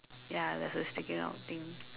ya there's a sticking out thing